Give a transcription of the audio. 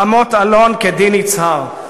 רמות-אלון, כדין יצהר.